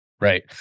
Right